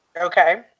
Okay